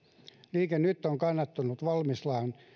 liike nyt on kannattanut valmiuslain